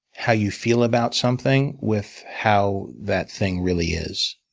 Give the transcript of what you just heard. how you feel about something with how that thing really is.